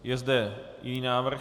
Je zde jiný návrh?